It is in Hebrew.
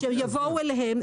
יבואו אליהם.